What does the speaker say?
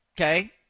okay